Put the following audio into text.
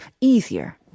Easier